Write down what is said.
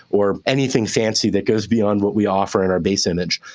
or anything fancy that goes beyond what we offer in our base image.